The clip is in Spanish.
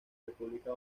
república